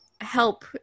help